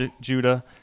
Judah